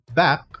back